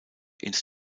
ins